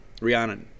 Rihanna